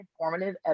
informative